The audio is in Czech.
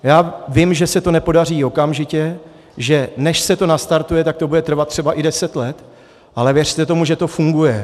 Já vím, že se to nepodaří okamžitě, že než se to nastartuje, tak to bude trvat třeba i deset let, ale věřte tomu, že to funguje.